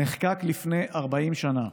נחקק לפני 40 שנה,